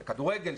בכדורגל,